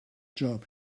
job